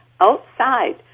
outside